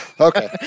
Okay